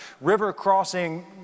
river-crossing